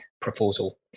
proposal